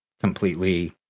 Completely